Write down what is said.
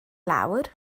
lawr